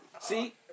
See